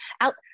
out